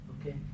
Okay